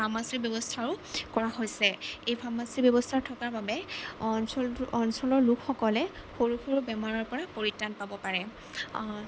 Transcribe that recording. ৰ্ফামাচীৰ ব্যৱস্থাও কৰা হৈছে এই ফামাচীৰ ব্যৱস্থা থকাৰ বাবে অঞ্চলটোৰ অঞ্চলৰ লোকসকলে সৰু সৰু বেমাৰৰপৰা পৰিত্ৰাণ পাব পাৰে